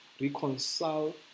reconcile